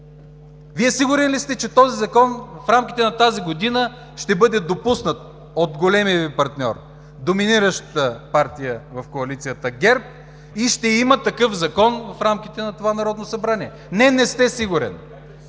Вие сигурен ли сте, че този закон в рамките на тази година ще бъде допуснат от големия Ви партньор, доминираща партия в коалицията – ГЕРБ, и ще има такъв закон в рамките на това Народно събрание? Не, не сте сигурен.